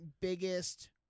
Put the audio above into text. biggest